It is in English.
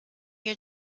your